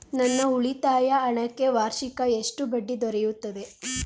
ನನ್ನ ಉಳಿತಾಯ ಹಣಕ್ಕೆ ವಾರ್ಷಿಕ ಎಷ್ಟು ಬಡ್ಡಿ ದೊರೆಯುತ್ತದೆ?